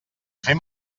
fem